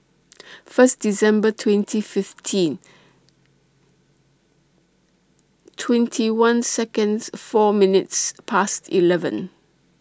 First December twenty fifteen twenty one Seconds four minutes Past eleven